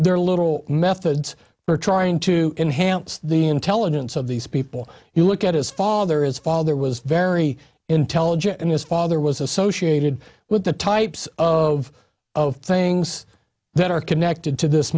their little methods for trying to enhance the intelligence of these people you look at his father is father was very intelligent and his father was associated with the types of things that are connected to this